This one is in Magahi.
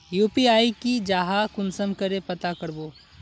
यु.पी.आई की जाहा कुंसम करे पता करबो?